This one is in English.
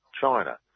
China